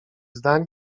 zdań